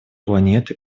планеты